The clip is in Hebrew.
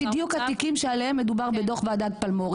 בדיוק התיקים שעליהם מדובר בדו"ח וועדות פלמו"ר.